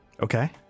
Okay